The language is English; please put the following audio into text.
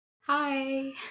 Hi